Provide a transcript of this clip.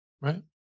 Right